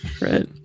right